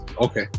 okay